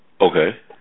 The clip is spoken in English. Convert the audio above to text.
Okay